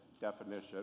definition